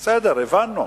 בסדר, הבנו.